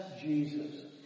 Jesus